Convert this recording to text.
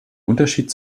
unterschied